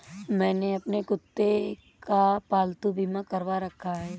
मैंने अपने कुत्ते का पालतू बीमा करवा रखा है